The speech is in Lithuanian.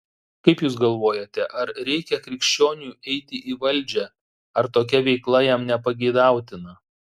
kaip jūs galvojate ar reikia krikščioniui eiti į valdžią ar tokia veikla jam nepageidautina